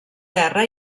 terra